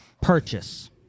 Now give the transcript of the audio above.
Purchase